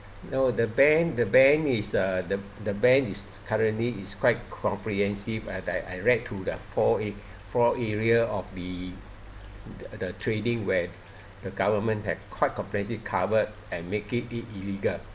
no the ban the ban is uh the the ban is currently is quite comprehensive I I I I read through the four eh four area of the the trading where the government had quite comprehensive covered and make it illegal